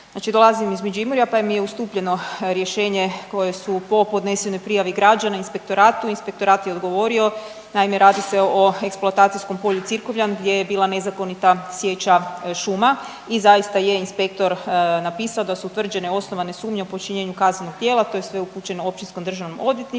dolazim iz Međimurja pa mi je ustupljeno rješenje koje su po podnesenoj prijavi građana Inspektoratu, Inspektorat je odgovorio. Naime, radi se o eksploatacijskom polju Cirkovljan gdje je bila nezakonita sječa šuma. I zaista je inspektor napisao da su utvrđene osnovane sumnje o počinjenju kaznenog djela. To je sve upućeno općinskom državnom odvjetništvu,